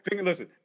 listen